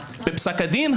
בפסק הדין,